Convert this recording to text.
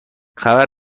خبر